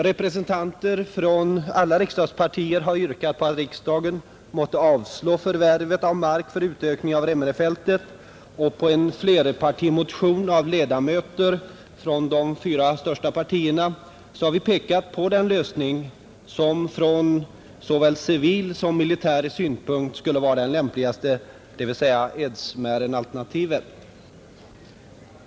Representanter för alla riksdagspartier har yrkat på att riksdagen måtte avslå förslaget om förvärv av mark för utökning av Remmenefältet, och i en flerpartimotion av ledamöter från de fyra största partierna har pekats på den lösning som från såväl civil som militär synpunkt skulle vara lämpligast, dvs. Edsmärenalternativet.